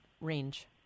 range